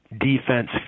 defense